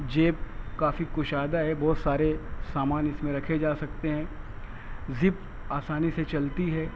جیب کافی کشادہ ہے بہت سارے سامان اس میں رکھے جا سکتے ہیں زپ آسانی سے چلتی ہے